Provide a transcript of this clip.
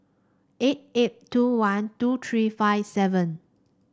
eight eight two one two three five seven